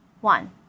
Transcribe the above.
One